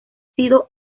sido